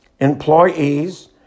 Employees